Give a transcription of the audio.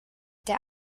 der